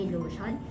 Lotion